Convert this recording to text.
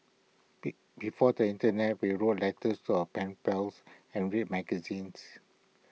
be before the Internet we wrote letters to our pen pals and read magazines